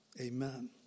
amen